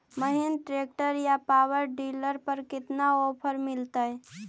Mahindra tractor या power dealer पर कितना ओफर मीलेतय?